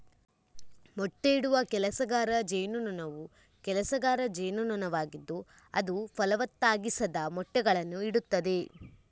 ಮೊಟ್ಟೆಯಿಡುವ ಕೆಲಸಗಾರ ಜೇನುನೊಣವು ಕೆಲಸಗಾರ ಜೇನುನೊಣವಾಗಿದ್ದು ಅದು ಫಲವತ್ತಾಗಿಸದ ಮೊಟ್ಟೆಗಳನ್ನು ಇಡುತ್ತದೆ